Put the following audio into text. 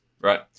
right